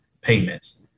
payments